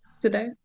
today